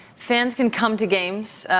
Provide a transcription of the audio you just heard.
fans can come to games.